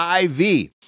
IV